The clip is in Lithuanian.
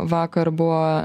vakar buvo